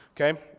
Okay